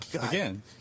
Again